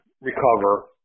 recover